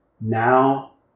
now